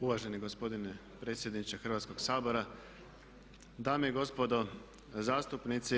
Uvaženi gospodine predsjedniče Hrvatskoga sabora, dame i gospodo zastupnici.